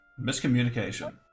miscommunication